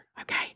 okay